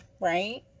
right